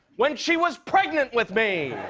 when she was pregnant with me!